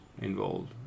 involved